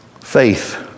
Faith